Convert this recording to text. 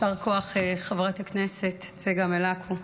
יישר כוח, חברת הכנסת צגה מלקו.